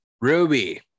Ruby